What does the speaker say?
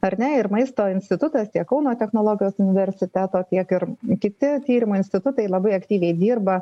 ar ne ir maisto institutas tiek kauno technologijos universiteto tiek ir kiti tyrimų institutai labai aktyviai dirba